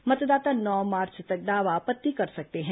मतदाता नौ मार्च तक दावा आपत्ति कर सकते हैं